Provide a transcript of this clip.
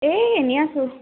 এই এনেই আছোঁ